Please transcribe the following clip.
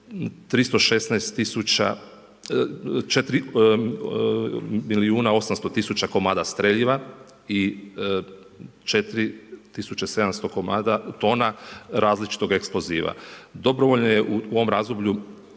800 tisuća komada streljiva i 4 tisuće 700 tona različitog eksploziva. Dobrovoljno je u ovom razdoblju